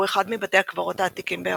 הוא אחד מבתי הקברות העתיקים באירופה.